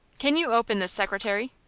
can you open this secretary?